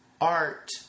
art